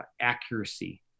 accuracy